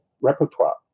repertoire